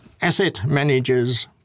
assetmanagers